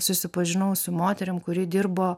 susipažinau su moterim kuri dirbo